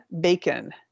bacon